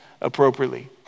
appropriately